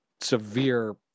severe